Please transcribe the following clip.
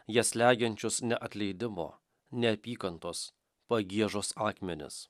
jas slegiančius neatleidimo neapykantos pagiežos akmenis